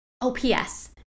OPS